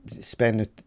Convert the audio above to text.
spend